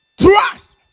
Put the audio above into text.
Trust